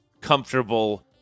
comfortable